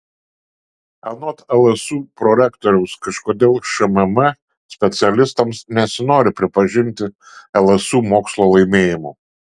anot lsu prorektoriaus kažkodėl šmm specialistams nesinori pripažinti lsu mokslo laimėjimų